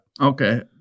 Okay